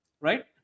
right